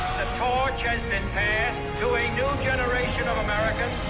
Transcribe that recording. torch has been passed to a new generation of americans.